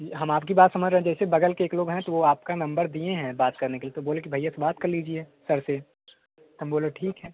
हम आपकी बात समझ रहे हैं जैसे बगल के एक लोग हैं तो वह आपका नम्बर दिए हैं बात करने के लिए तो बोले कि भैया से बात कर लीजिए सर से हम बोले ठीक है